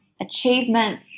achievement